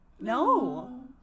No